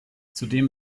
zudem